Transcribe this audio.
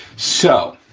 so,